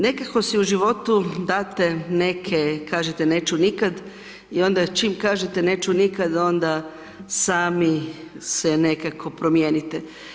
Nekako si u životu date neke, kažete neću nikada i onda čim kažete neću nikad, onda sami se nekako promijenite.